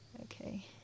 okay